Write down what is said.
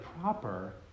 proper